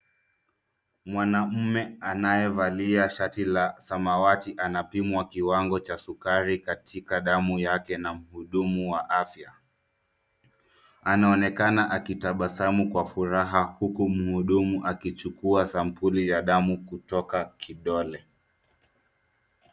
Mwanaume anayevalia shati la samawati anapimwa kiwango cha sukari katika damu yake na mhudumu wa afya. Anaonekana akitabasamu kwa furaha huku mhudumu akichukua sampuli ya damu kutoka kidole.